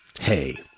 hey